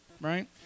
right